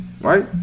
Right